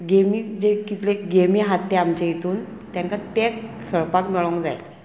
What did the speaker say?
गेमी जे कितले गेमी आहात ते आमचे हितून तांकां ते खेळपाक मेळोंक जाय